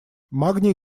магний